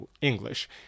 English